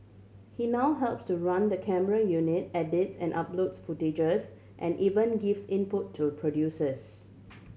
he now helps to run the camera unit edits and uploads footages and even gives input to producers